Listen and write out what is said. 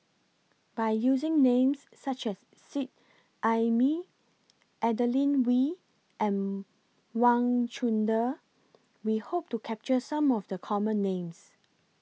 By using Names such as Seet Ai Mee Adeline We and Wang Chunde We Hope to capture Some of The Common Names